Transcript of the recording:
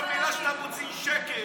אתה, כל מילה שאתה מוציא, שקר.